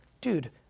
Dude